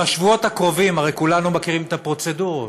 בשבועות הקרובים, הרי כולנו מכירים את הפרוצדורות,